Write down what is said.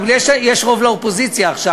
בגלל שיש רוב לאופוזיציה עכשיו,